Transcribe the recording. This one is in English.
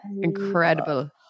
Incredible